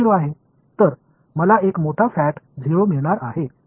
எனவே நாம் பெறப்போவது ஒரு பெரிய 0 ஆகும்